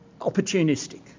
opportunistic